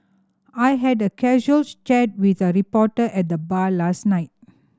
I had a casual chat with a reporter at the bar last night